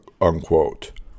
unquote